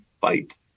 fight